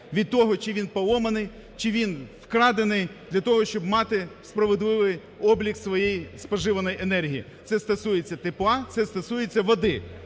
від того чи він поломаний, чи він вкрадений для того, щоб мати справедливий облік своєї споживаної енергії. Це стосується тепла, це стосується води,